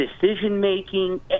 decision-making